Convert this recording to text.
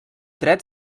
dret